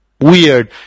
weird